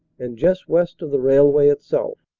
and just vest of the railway itself.